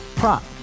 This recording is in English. prop